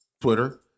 Twitter